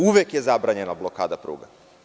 Uvek je zabranjena blokada pruga.